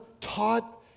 taught